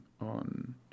on